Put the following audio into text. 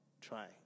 try